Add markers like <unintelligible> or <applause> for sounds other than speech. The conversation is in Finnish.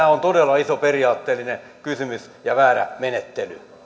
<unintelligible> on todella iso periaatteellinen kysymys ja väärä menettely